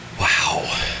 Wow